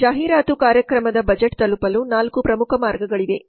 ಜಾಹೀರಾತು ಕಾರ್ಯಕ್ರಮದ ಬಜೆಟ್ ತಲುಪಲು 4 ಪ್ರಮುಖ ಮಾರ್ಗಗಳಿವೆ